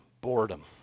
Boredom